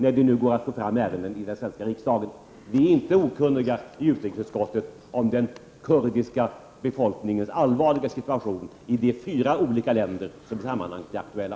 I utrikesutskottet är vi inte okunniga om den kurdiska befolkningens allvarliga situation i de fyra olika länder som i sammanhanget är aktuella.